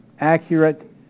accurate